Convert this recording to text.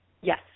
Yes